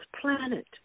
planet